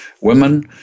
Women